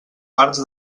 parts